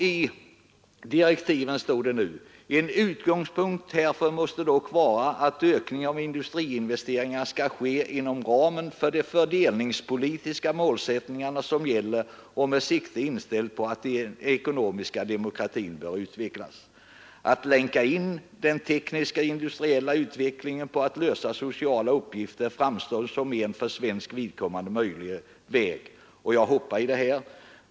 I direktiven står: ”En utgångspunkt härför måste dock vara att ökningen av industriinvesteringarna skall ske inom ramen för de fördelningspolitiska målsättningar som gäller och med siktet inställt på att den ekonomiska demokratin bör utvecklas. ——— Att länka in den tekniska och industriella utvecklingen på att lösa sociala uppgifter framstår som en för svenskt vidkommande möjlig väg.